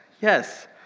yes